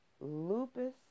Lupus